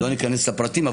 לא ניכנס לפרטים.